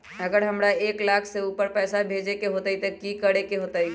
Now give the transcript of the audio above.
अगर हमरा एक लाख से ऊपर पैसा भेजे के होतई त की करेके होतय?